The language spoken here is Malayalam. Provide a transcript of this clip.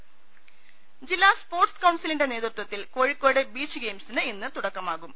രദേഷ്ടെടു ജില്ലാ സ്പോർട്സ് കൌൺസിലിന്റെ നേതൃത്വത്തിൽ കോഴിക്കോട് ബീച്ച് ഗെയിംസിന് ഇന്ന് തുടക്കമാകും